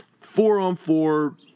four-on-four